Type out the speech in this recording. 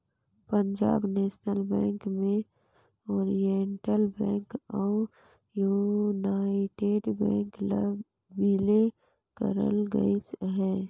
Punjab National Bank में Oriental Bank अउ United Bank ल बिले करल गइस अहे